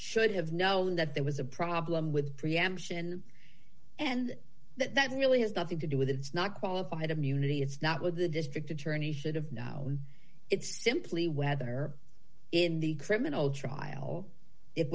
should have known that there was a problem with preemption and that that really has nothing to do with it's not qualified immunity it's not with the district attorney should have no it's simply whether or in the criminal trial it